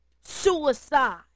suicide